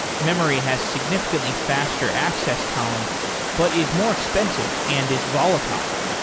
memory has significantly faster access time but is more expensive and is volatile,